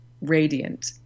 radiant